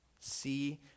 See